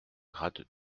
grade